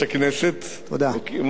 ממלא-מקום יושב-ראש הכנסת.